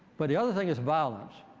but the other thing is violence.